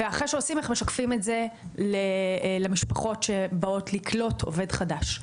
ואחרי שעושים איך משקפים את זה למשפחות שבאות לקלוט עובד חדש.